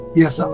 yes